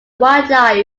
wildlife